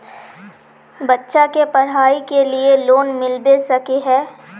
बच्चा के पढाई के लिए लोन मिलबे सके है?